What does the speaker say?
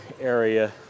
area